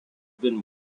been